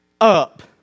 up